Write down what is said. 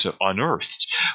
unearthed